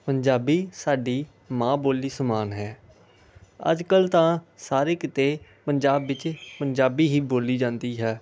ਪੰਜਾਬੀ ਸਾਡੀ ਮਾਂ ਬੋਲੀ ਸਮਾਨ ਹੈ ਅੱਜ ਕੱਲ੍ਹ ਤਾਂ ਸਾਰੇ ਕਿਤੇ ਪੰਜਾਬ ਵਿਚ ਪੰਜਾਬੀ ਹੀ ਬੋਲੀ ਜਾਂਦੀ ਹੈ